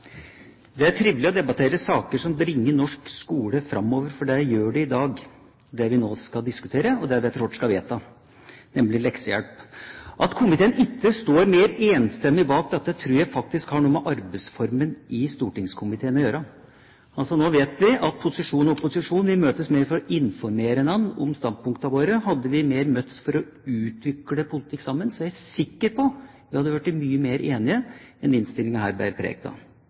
trivelig å debattere saker som bringer norsk skole framover. Det gjør vi i dag ved det vi nå diskuterer, og det vi etter hvert skal vedta, nemlig leksehjelp. At komiteen ikke står mer enstemmig bak dette, tror jeg faktisk har noe med arbeidsformen i stortingskomiteen å gjøre. Nå vet vi at posisjon og opposisjon møtes mer for å informere hverandre om standpunktene sine. Hadde vi møttes for å utvikle politikk sammen, er jeg sikker på at vi hadde blitt mye mer enige enn innstillingen her